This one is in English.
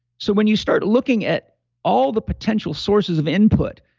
so when you start looking at all the potential sources of input,